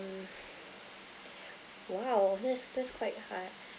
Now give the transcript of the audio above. !wow! that's that's quite hard